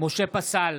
משה פסל,